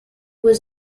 was